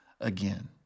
again